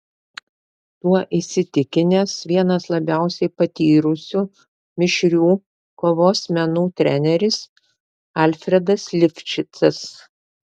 tuo įsitikinęs vienas labiausiai patyrusių mišrių kovos menų treneris alfredas lifšicas